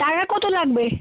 টাকা কত লাগবে